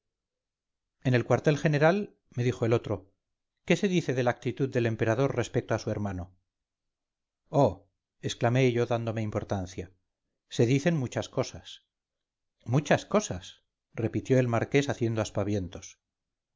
en el cuartel general me dijo el otro qué se dice de la actitud del emperador respecto a su hermano oh exclamé yo dándome importancia se dicen muchas cosas muchas cosas repitió el marqués haciendo aspavientos